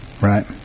right